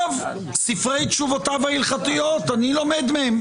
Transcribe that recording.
ספרי תשובותיו ההלכתיות משמשים אותי ואני לומד מהם,